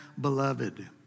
beloved